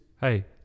hey